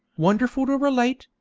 wonderful to relate,